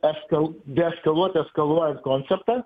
eskal de eskaluot eskaluojant konseptą